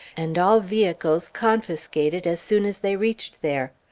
and all vehicles confiscated as soon as they reached there.